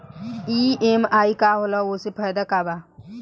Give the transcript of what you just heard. EMI का होला और ओसे का फायदा बा?